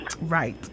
Right